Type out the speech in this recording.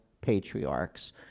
patriarchs